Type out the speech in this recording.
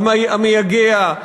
המייגע,